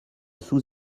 sous